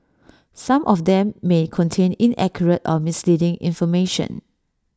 some of them may contain inaccurate or misleading information